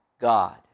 God